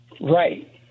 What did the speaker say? right